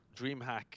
DreamHack